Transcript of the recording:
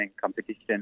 competition